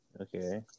Okay